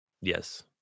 Yes